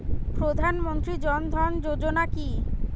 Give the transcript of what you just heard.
প্রধান মন্ত্রী জন ধন যোজনা কি?